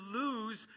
lose